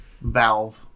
Valve